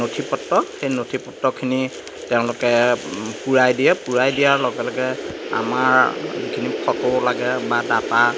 নথি পত্ৰ সেই নথি পত্ৰখিনি তেওঁলোকে পূৰাই দিয়ে পূৰাই দিয়াৰ লগে লগে আমাৰ যিখিনি ফটো লাগে বা ডাটা